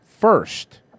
first